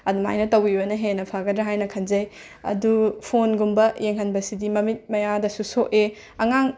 ꯑꯗꯨꯃꯥꯏꯅ ꯇꯧꯕꯤꯕꯅ ꯍꯦꯟꯅ ꯐꯒꯗ꯭ꯔꯥ ꯍꯥꯏꯅ ꯈꯟꯖꯩ ꯑꯗꯨ ꯐꯣꯟꯒꯨꯝꯕ ꯌꯦꯡꯍꯟꯕꯁꯤꯗꯤ ꯃꯃꯤꯠ ꯃꯌꯥꯗꯁꯨ ꯁꯣꯛꯑꯦ ꯑꯉꯥꯡ